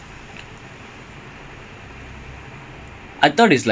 ya of course and it's also